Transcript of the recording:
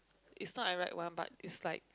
it's not I write one but it's like